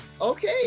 Okay